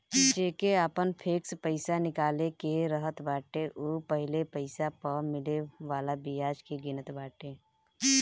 जेके आपन फिक्स पईसा निकाले के रहत बाटे उ पहिले पईसा पअ मिले वाला बियाज के गिनत बाटे